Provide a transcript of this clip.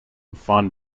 fond